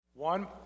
One